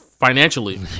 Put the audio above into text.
financially